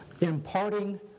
imparting